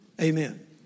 Amen